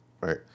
right